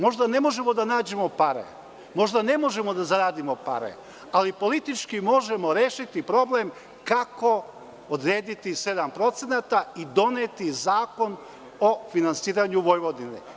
Možda ne možemo da nađemo pare, možda ne možemo da zaradimo pare, ali politički možemo rešiti problem – kako odrediti 7%i doneti zakon o finansiranju Vojvodine.